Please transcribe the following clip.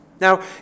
Now